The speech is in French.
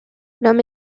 l’homme